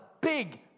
big